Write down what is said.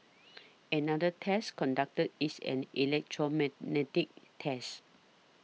another test conducted is an electromagnetic test